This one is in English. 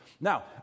Now